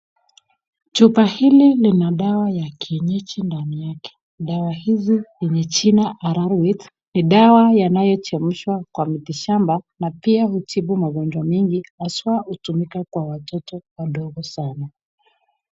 Chupa hili lina dawa ya kienyeji ndani yake. Dawa hizi yenye jina Arorwet ni dawa yanayochemshwa kwa miti shamba na pia utibu magonjwa mengi haswa hutumika kwa watoto wadogo sana.